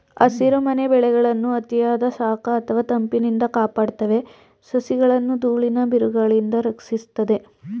ಹಸಿರುಮನೆ ಬೆಳೆಗಳನ್ನು ಅತಿಯಾದ ಶಾಖ ಅಥವಾ ತಂಪಿನಿಂದ ಕಾಪಾಡ್ತವೆ ಸಸಿಗಳನ್ನು ದೂಳಿನ ಬಿರುಗಾಳಿಯಿಂದ ರಕ್ಷಿಸ್ತದೆ